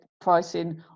pricing